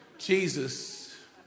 jesus